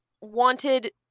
wanted